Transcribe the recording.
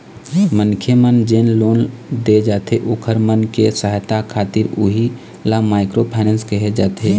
मनखे मन जेन लोन दे जाथे ओखर मन के सहायता खातिर उही ल माइक्रो फायनेंस कहे जाथे